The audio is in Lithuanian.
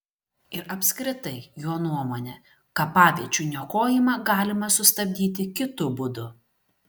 ir apskritai jo nuomone kapaviečių niokojimą galima sustabdyti kitu būdu